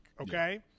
Okay